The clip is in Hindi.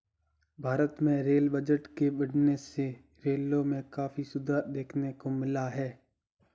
भारत में रेल बजट के बढ़ने से रेलों में काफी सुधार देखने को मिला है